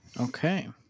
Okay